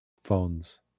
phones